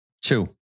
Two